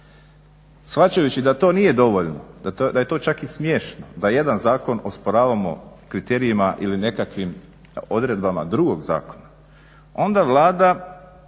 Shvaćajući da to nije dovoljno, da je to čak i smiješno da jedan zakon osporavamo kriterijima ili nekakvim odredbama drugog zakona, onda Vlada